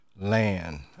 land